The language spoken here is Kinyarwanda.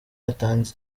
yatanze